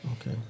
Okay